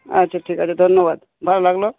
আচ্ছা ঠিক আছে ধন্যবাদ ভালো লাগলো